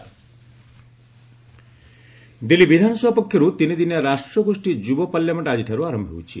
youth parliament Delhi ବିଧାନସଭା ପକ୍ଷରୁ ତିନିଦିନିଆ ରାଷ୍ଟ୍ରଗୋଷ୍ଠୀ ଯୁବ ପାର୍ଲାମେଣ୍ଟ ଆକିଠାରୁ ଆରମ୍ଭ ହେଉଛି